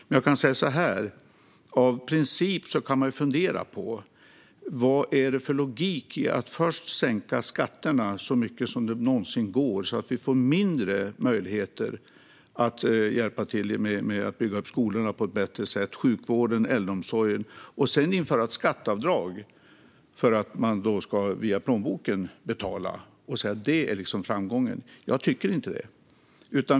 Men jag kan säga så här: Som princip kan man fundera på vad det är för logik i att först sänka skatterna så mycket som det någonsin går, så att vi får mindre möjligheter att hjälpa till med att bygga upp skolorna, sjukvården och äldreomsorgen på ett bättre sätt, och sedan införa ett skatteavdrag för att människor ska betala ur plånboken. Skulle det vara en framgång? Jag tycker inte det.